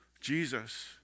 Jesus